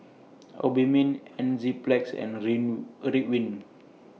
Obimin Enzyplex and Win A Ridwind